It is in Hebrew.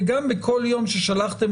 וגם בכל יום ששלחתם,